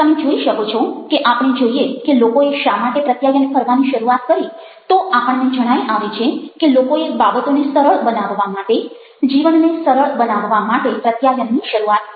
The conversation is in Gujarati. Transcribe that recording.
તમે જોઈ શકો છો કે આપણે જોઈએ કે લોકોએ શા માટે પ્રત્યાયન કરવાની શરૂઆત કરી તો આપણને જણાઈ આવે છે કે લોકોએ બાબતોને સરળ બનાવવા માટે જીવનને સરળ બનાવવા માટે પ્રત્યાયનની શરૂઆત કરી